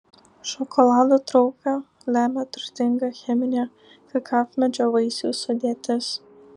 šokolado trauką lemia turtinga cheminė kakavmedžio vaisių sudėtis